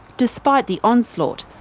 despite the onslaught,